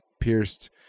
pierced